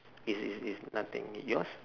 is is is nothing yours